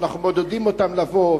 כשאנחנו מעודדים אותם לבוא,